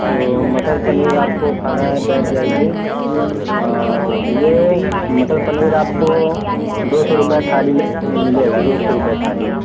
तो मटर पनीर आपको खाना है बैठ जाइए और ये मटर पनीर आपको दो सौ रुपये थाली मिलेगा दो सौ रुपये थाली